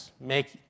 make